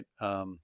Right